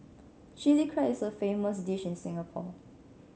Chilli Crab is a famous dish in Singapore